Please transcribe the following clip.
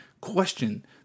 question